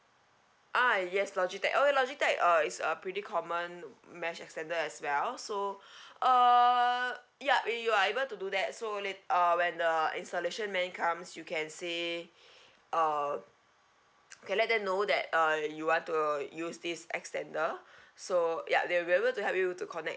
ah yes logitech oh logitech uh it's uh pretty common mesh extender as well so uh ya we are able to do that so late~ uh when the installation man comes you can say uh you can let them know that uh you want to use this extender so yup they will able to help you to connect